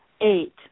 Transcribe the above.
eight